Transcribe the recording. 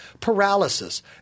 paralysis